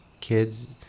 kids